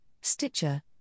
Stitcher